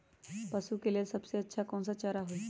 पशु के लेल सबसे अच्छा कौन सा चारा होई?